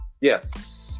Yes